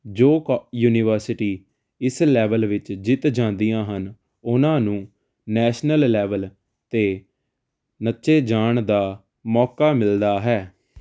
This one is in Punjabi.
ਜੋ ਕੋ ਯੂਨੀਵਰਸਿਟੀ ਇਸ ਲੈਵਲ ਵਿੱਚ ਜਿੱਤ ਜਾਂਦੀਆਂ ਹਨ ਉਨ੍ਹਾਂ ਨੂੰ ਨੈਸ਼ਨਲ ਲੈਵਲ ਤੇ ਨੱਚੇ ਜਾਣ ਦਾ ਮੌਕਾ ਮਿਲਦਾ ਹੈ